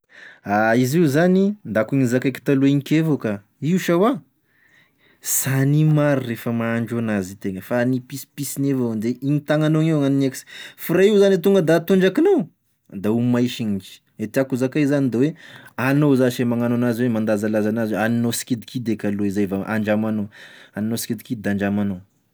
Izy io zany, da akoa gne zakaiko taloha igny ke avao ka io sa oa, sy ania maro refa mahandro anazy itegna fa ny pisipisiny avao de igny tagnanao igny gn'aniniako f'raha io zany gny tonga da atondrakinao, da ho may singitry, e tiako zakay zany da hoe, anao zase e magnano anazy oe mandanzalanza anazy oe haninao sikidikidy eky aloa zay vao handramanao, haninao sikidikidy da handramanao.